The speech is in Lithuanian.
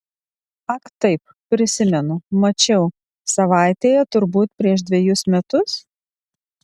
ak taip prisimenu mačiau savaitėje turbūt prieš dvejus metus